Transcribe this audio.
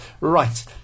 right